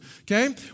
okay